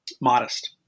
modest